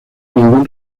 ningún